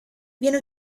viene